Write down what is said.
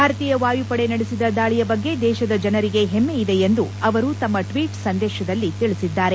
ಭಾರತೀಯ ವಾಯುಪಡೆ ನಡೆಸಿದ ದಾಳಯ ಬಗ್ಗೆ ದೇಶದ ಜನರಿಗೆ ಹೆಮ್ಮೆ ಇದೆ ಎಂದು ಅವರು ತಮ್ಮ ಟ್ವೀಟ್ ಸಂದೇಶದಲ್ಲಿ ತಿಳಿಸಿದ್ದಾರೆ